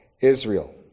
Israel